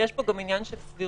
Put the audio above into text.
יש פה גם עניין של סבירות.